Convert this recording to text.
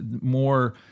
more